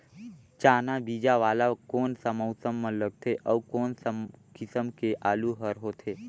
चाना बीजा वाला कोन सा मौसम म लगथे अउ कोन सा किसम के आलू हर होथे?